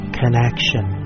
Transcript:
connection